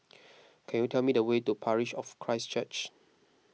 can you tell me the way to Parish of Christ Church